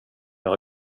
göra